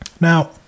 Now